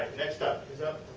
next up. what's up.